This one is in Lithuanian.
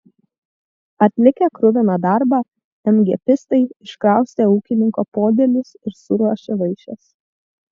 atlikę kruviną darbą emgėbistai iškraustė ūkininko podėlius ir suruošė vaišes